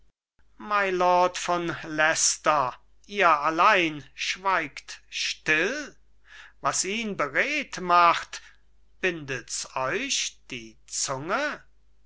von leicester ihr allein schweigt still was ihn beredt macht bindet's euch die zunge